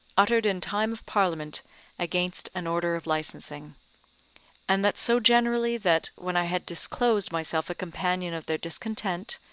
uttered in time of parliament against an order of licensing and that so generally that, when i had disclosed myself a companion of their discontent,